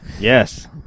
Yes